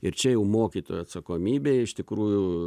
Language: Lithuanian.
ir čia jau mokytojo atsakomybė iš tikrųjų